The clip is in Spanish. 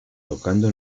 tocando